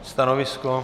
Stanovisko?